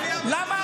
למה